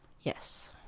Yes